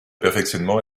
perfectionnement